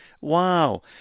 wow